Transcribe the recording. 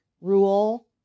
rule